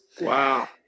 Wow